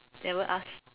never ask